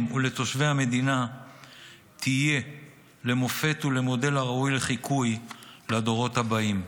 ולתושבי המדינה תהיה למופת ולמודל הראוי לחיקוי לדורות הבאים.